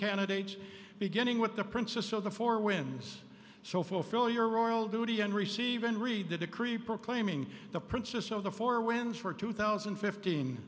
candidates beginning with the prince of the four wins so fulfill your royal duty and receive and read the decree proclaiming the princes of the four winds for two thousand and fifteen